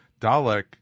Dalek